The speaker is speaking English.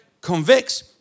convicts